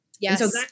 Yes